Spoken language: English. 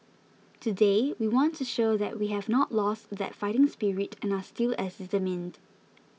today we want to show that we have not lost that fighting spirit and are still as determined